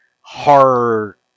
horror